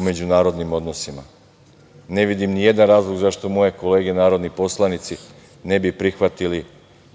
u međunarodnim odnosima. Ne vidim nijedan razlog zašto moje kolege narodni poslanici ne bi prihvatili